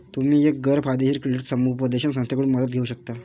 तुम्ही एक गैर फायदेशीर क्रेडिट समुपदेशन संस्थेकडून मदत घेऊ शकता